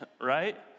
right